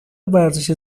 ورزش